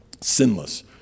sinless